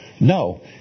No